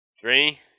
Three